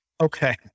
Okay